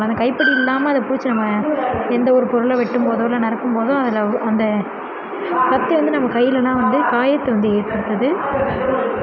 அந்த கைப்பிடி இல்லாமல் அதை பிடிச்சி நம்ம எந்தவொரு பொருளை வெட்டும் போதோ இல்லை நறுக்கும் போதோ அதில் வந்து அந்த கத்தி வந்து நம்ம கையிலெலாம் வந்து காயத்தை வந்து ஏற்படுத்துது